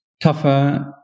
tougher